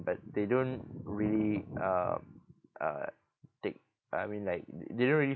but they don't really um uh take I mean like they don't really